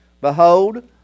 Behold